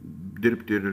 dirbti ir